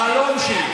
החלום שלי.